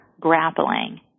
grappling